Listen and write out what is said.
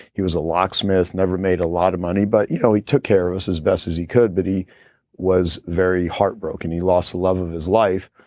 he was a locksmith, never made a lot of money but you know he took care of us as best as he could, but he was very heartbroken. he lost the love of his life.